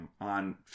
on